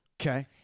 Okay